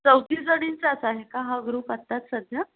चौघीजणींचाच आहे का हा ग्रुप आता सध्या